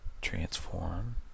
transform